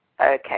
okay